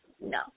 no